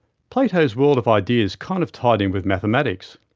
plato's world of ideas kind of tied in with mathematics.